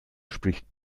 spricht